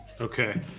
Okay